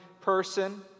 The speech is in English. person